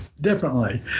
Differently